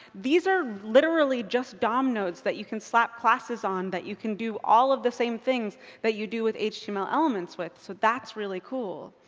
these are literally just dom nodes that you can slap classes on, that you can do all of the same things that you do with html elements with. so that's really cool.